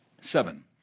Seven